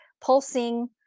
pulsing